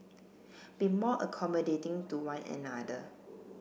be more accommodating to one another